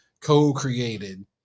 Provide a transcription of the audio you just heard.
co-created